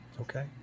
Okay